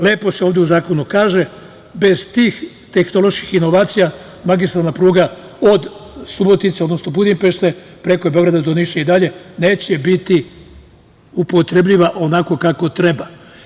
Lepo se u zakonu kaže, bez tih tehnoloških inovacija, magistralna pruga od Subotice, odnosno Budimpešte preko Beograda i Niša, neće biti upotrebljiva onako kako treba.